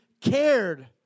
cared